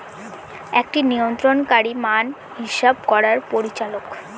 একটি নিয়ন্ত্রণকারী মান হিসাব করার পরিচালক